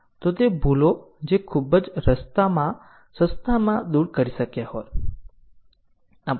હવે ચાલો એક ઉદાહરણના સંદર્ભમાં જોઈએ કે વેરિયેબલ જીવંત છે કે નહીં